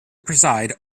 preside